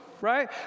Right